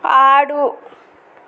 ఆడు